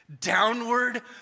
downward